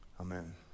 Amen